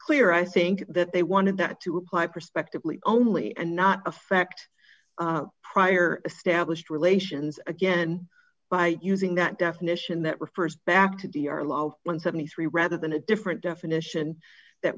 clear i think that they wanted that to apply prospectively only and not affect prior established relations again by using that definition that refers back to the our law one hundred and seventy three rather than a different definition that